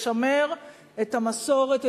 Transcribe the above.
לשמר את המסורת,